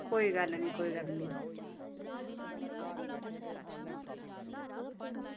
कोई गल्ल निं कोई गल्ल निं